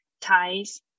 ties